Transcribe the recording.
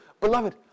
Beloved